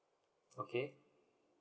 okay